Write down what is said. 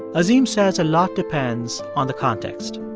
azim says a lot depends on the context.